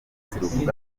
utwatsi